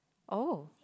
oh